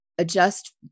Adjust